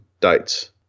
dates